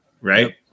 right